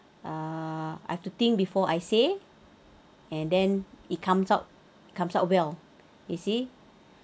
uh I have to think before I say and then it comes out comes out well you see